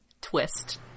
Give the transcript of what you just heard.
twist